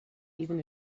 even